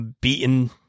beaten